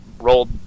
rolled